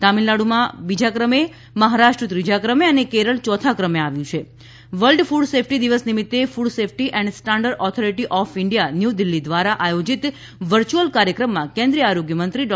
તામીલનાડુ બીજા ક્રમે મહારાષ્ટ્ર ત્રીજા ક્રમે અને કેરળ યોથા ક્રમે આવ્યું છ વર્લ્ડ કુડ સેફટી દિવસ નીમિત્ત food safety and standard authority of India new Delhi દ્વારા આયોજીત વર્ચ્યૂઅલ કાર્યક્રમમાં કેન્દ્રિય આરોગ્ય મંત્રી ડૉ